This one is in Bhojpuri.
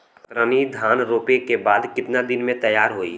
कतरनी धान रोपे के बाद कितना दिन में तैयार होई?